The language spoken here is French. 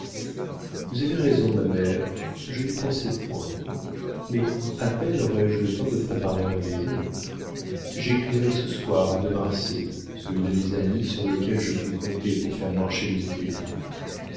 vous avez raison ma mère je n'y pensais point mais à peine aurai-je le temps de préparer ma maison j'écrirai ce soir à de marsay celui de mes amis sur lequel je puis compter pour faire marcher les ouvriers